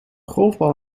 golfbal